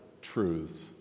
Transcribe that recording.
truths